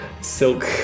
silk